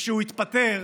כשהוא התפטר